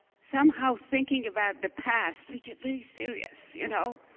somehow thinking about the past, we get very serious, you know?